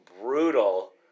brutal